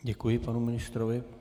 Děkuji panu ministrovi.